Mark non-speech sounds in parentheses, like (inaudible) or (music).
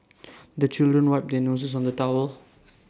(noise) the children wipe their noses on the towel